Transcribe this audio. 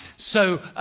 so,